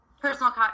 personal